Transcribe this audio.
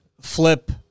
flip